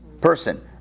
person